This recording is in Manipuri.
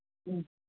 ꯎꯝ